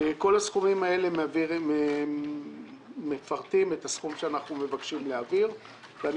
כל הסכומים האלה מפרטים את הסכום שאנחנו מבקשים להעביר ואני